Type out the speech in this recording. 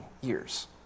years